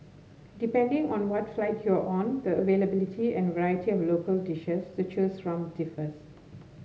depending on what flight you are on the availability and variety of local dishes to choose from differs